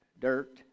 dirt